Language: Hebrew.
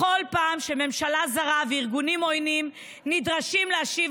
בכל פעם שממשלה זרה וארגונים עוינים נדרשים להשיב